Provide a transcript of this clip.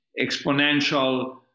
exponential